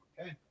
Okay